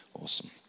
Awesome